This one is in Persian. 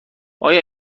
آیا